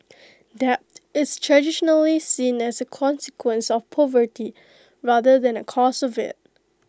debt is traditionally seen as A consequence of poverty rather than A cause of IT